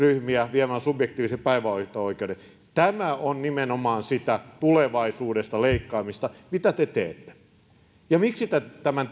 viemällä subjektiivisen päivähoito oikeuden tämä on nimenomaan sitä tulevaisuudesta leikkaamista mitä te teette ja miksi te tämän